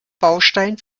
baustein